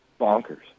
bonkers